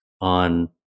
on